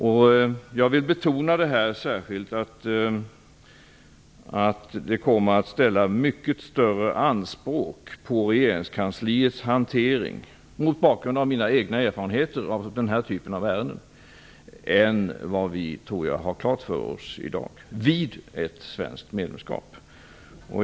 Jag vill särskilt betona att vid ett svenskt medlemskap kommer mycket större anspråk att ställas på regeringskansliets hantering - det kan jag säga mot bakgrund av mina egna erfarenheter av den här typen av ärenden - än vad vi förmodligen har klart för oss i dag.